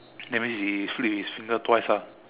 that means he flick his finger twice ah